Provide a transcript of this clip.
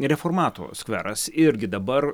reformatų skveras irgi dabar